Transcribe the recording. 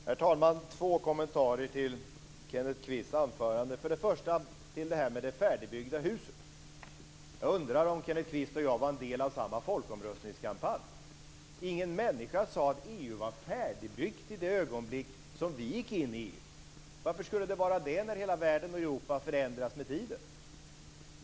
Herr talman! Jag har två kommentarer till Kenneth Kvists anförande. Min första kommentar gäller det som han sade om det färdigbyggda huset. Jag undrar om Kenneth Kvist och jag var en del av samma folkomröstningskampanj. Ingen människa sade att EU var färdigbyggt i det ögonblick som vi gick in i EU. Varför skulle det vara det när hela världen och Europa förändras med tiden?